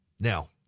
Now